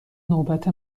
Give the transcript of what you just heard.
نوبت